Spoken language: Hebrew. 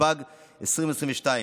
התשפ"ג 2022,